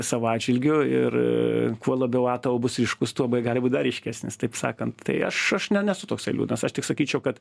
savo atžvilgiu ir kuo labiau a tavo bus ryškus tuo b gali būt dar ryškesnis taip sakant tai aš aš ne nesu toksai liūdnas aš tik sakyčiau kad